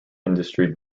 industry